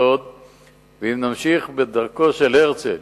מוגבלת מאוד, ואם נמשיך בדרכו של הרצל